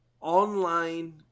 online